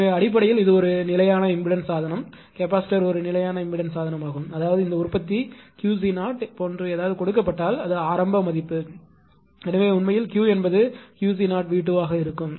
எனவே அடிப்படையில் இது ஒரு நிலையான இம்பெடன்ஸ் சாதனம் கெப்பாசிட்டர் ஒரு நிலையான இம்பெடன்ஸ் சாதனம் அதாவது இந்த உற்பத்தி QC0 போன்ற ஏதாவது கொடுக்கப்பட்டால் அது ஆரம்ப மதிப்பு எனவே உண்மையில் Q என்பது QC0V2 ஆக இருக்கும்